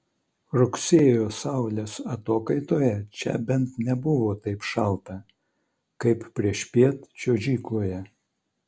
rugsėjo saulės atokaitoje čia bent nebuvo taip šalta kaip priešpiet čiuožykloje